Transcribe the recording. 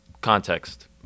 Context